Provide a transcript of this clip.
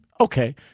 okay